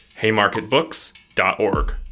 haymarketbooks.org